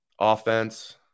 offense